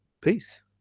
Peace